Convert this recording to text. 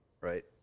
right